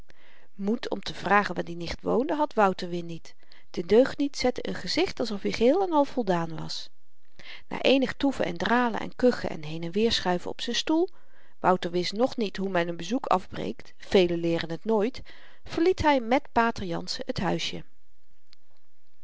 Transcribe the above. moed om te vragen waar die nicht woonde had wouter weer niet de deugniet zette n gezicht alsof i geheel-en-al voldaan was na eenig toeven en dralen en kuchen en heen-en-weer schuiven op z'n stoel wouter wist nog niet hoe men n bezoek afbreekt velen leeren het nooit verliet hy met pater jansen t huisje